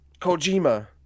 Kojima